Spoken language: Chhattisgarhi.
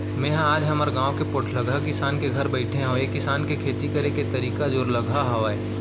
मेंहा आज हमर गाँव के पोठलगहा किसान के घर बइठे हँव ऐ किसान के खेती करे के तरीका जोरलगहा हावय